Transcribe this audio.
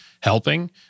helping